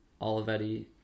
Olivetti